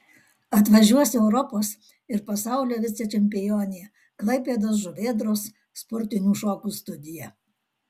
atvažiuos europos ir pasaulio vicečempionė klaipėdos žuvėdros sportinių šokių studija